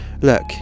Look